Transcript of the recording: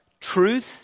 truth